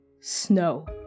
snow